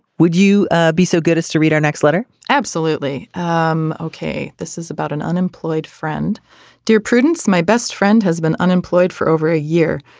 would you ah be so good as to read our next letter absolutely. um ok. this is about an unemployed friend dear prudence my best friend has been unemployed for over a year.